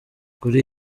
kuri